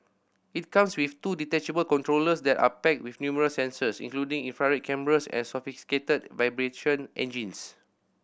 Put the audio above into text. it comes with two detachable controllers that are packed with numerous sensors including infrared cameras and sophisticated vibration engines